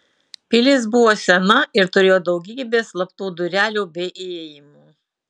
pilis buvo sena ir turėjo daugybę slaptų durelių bei įėjimų